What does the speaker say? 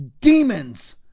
demons